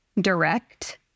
direct